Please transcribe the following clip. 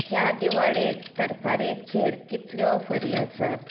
ह्या दिवाळेक तरकारेचेर कितल्यो ऑफरी आसात